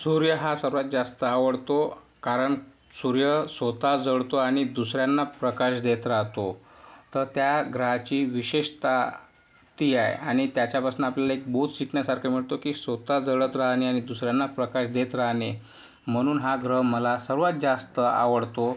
सूर्य हा सर्वात जास्त आवडतो कारण सूर्य स्वतः जळतो आणि दुसऱ्यांना प्रकाश देत राहतो तर त्या ग्रहाची विशेषता ती आहे आणि त्याच्यापासून आपल्याला एक बोध शिकण्यासारखा मिळतो की स्वतः जळत राहणे आणि दुसऱ्यांना प्रकाश देत राहणे म्हणून हा ग्रह मला सर्वात जास्त आवडतो